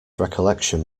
recollection